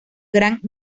grant